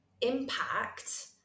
impact